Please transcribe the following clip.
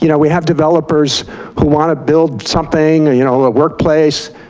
you know we have developers who want to build something, you know a workplace